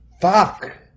Fuck